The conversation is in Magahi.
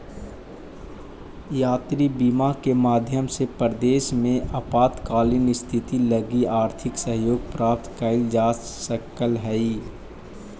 यात्री बीमा के माध्यम से परदेस में आपातकालीन स्थिति लगी आर्थिक सहयोग प्राप्त कैइल जा सकऽ हई